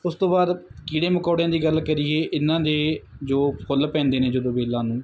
ਉਸ ਤੋਂ ਬਾਅਦ ਕੀੜੇ ਮਕੌੜਿਆਂ ਦੀ ਗੱਲ ਕਰੀਏ ਇਹਨਾਂ ਦੇ ਜੋ ਫੁੱਲ ਪੈਂਦੇ ਨੇ ਜਦੋਂ ਵੇਲਾਂ ਨੂੰ